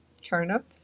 Turnip